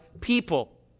people